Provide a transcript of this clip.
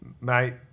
Mate